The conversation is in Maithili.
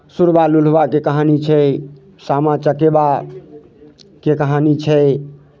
शुरबा लूलबाके कहानी छै सामा चकेबाके कहानी छै